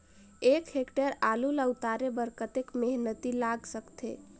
एक टेक्टर आलू ल उतारे बर कतेक मेहनती लाग सकथे?